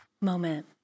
moment